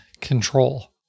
control